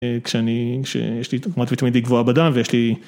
כשאני, כשיש לי רמת ויטמין די גבוהה בדם ויש לי...